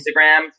Instagram